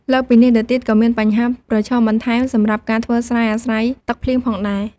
លើសពីនេះទៅទៀតក៏មានបញ្ហាប្រឈមបន្ថែមសម្រាប់ការធ្វើស្រែអាស្រ័យទឹកភ្លៀងផងដែរ។